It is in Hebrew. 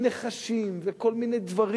נחשים וכל מיני דברים.